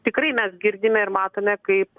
tikrai mes girdime ir matome kaip